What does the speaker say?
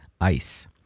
ice